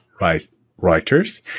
Reuters